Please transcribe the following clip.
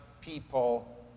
people